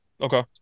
Okay